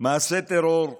מעשה טרור,